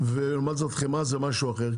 ולעומת זאת חמאה זה משהו אחר?